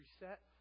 reset